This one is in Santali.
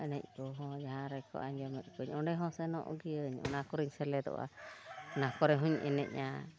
ᱮᱱᱮᱡ ᱠᱚᱦᱚᱸ ᱡᱟᱦᱟᱸ ᱨᱮᱠᱚ ᱟᱸᱡᱚᱢᱮᱫ ᱠᱚᱣᱟᱧ ᱚᱸᱰᱮᱦᱚᱸ ᱥᱮᱱᱚᱜ ᱜᱤᱭᱟᱹᱧ ᱚᱱᱟ ᱠᱚᱨᱮᱧ ᱥᱮᱞᱮᱫᱚᱜᱼᱟ ᱚᱱᱟ ᱠᱚᱨᱮᱦᱚᱸᱧ ᱮᱱᱮᱡᱼᱟ